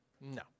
No